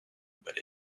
but